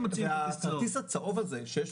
הכרטיס הצהוב הזה,